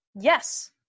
Yes